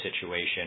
situation